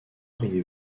riez